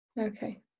Okay